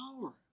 power